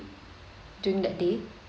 during that day